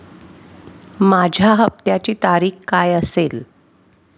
माझ्या हप्त्याची तारीख काय असेल?